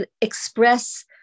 express